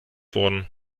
worden